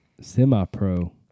Semi-Pro